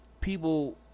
people